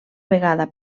vegada